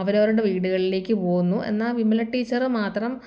അവരവരുടെ വീടുകളിലേക്ക് പോകുന്നു എന്നാൽ വിമല ടീച്ചർ മാത്രം